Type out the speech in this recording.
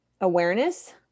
awareness